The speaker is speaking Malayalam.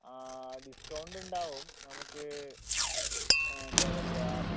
ഡിസ്കൗണ്ട് ഉണ്ടാവും നമുക്ക് എന്താണ് പറയുക